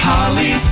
Holly